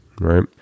right